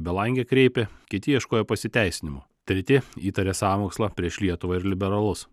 belangę kreipė kiti ieškojo pasiteisinimų treti įtarė sąmokslą prieš lietuvą ir liberalus